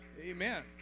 Amen